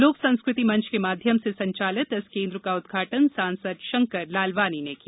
लोक संस्कृति मंचे के माध्यम से संचालित इस केन्द्र का उदघाटन सांसद षंकर लालवानी ने किया